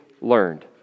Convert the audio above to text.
learned